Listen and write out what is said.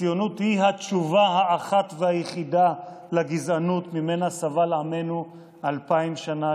הציונות היא התשובה האחת והיחידה לגזענות שממנה סבל עמנו אלפיים שנה,